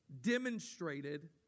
demonstrated